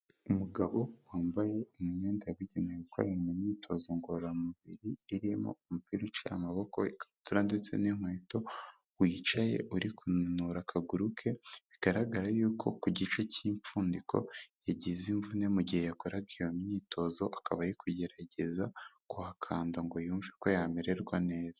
Umugabo wambaye imyenda yabugenewe yo gukorana imyitozo ngororamubiri irimo: umupira uciye amaboko, ikabutura ndetse n'inkweto, wicaye uri kunanura akaguru ke, bigaragara yuko ku gice cy'impfundiko yagize imvune mu gihe yakoraga iyo myitozo akaba ari kugerageza kuhakanda ngo yumve ko yamererwa neza.